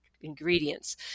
ingredients